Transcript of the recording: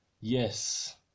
Yes